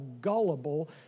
gullible